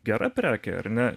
gera prekė ar ne